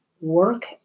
work